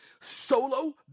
Solo